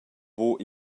buca